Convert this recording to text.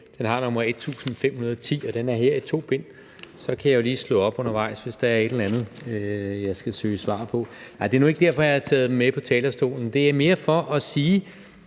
Den har nr. 1510, og den er her i to bind, så kan jeg jo lige slå op undervejs, hvis der er et eller andet, jeg skal søge svar på. Nej, det er nu ikke derfor, jeg har taget den med på talerstolen. Det er mere for at sige,